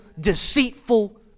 deceitful